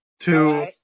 two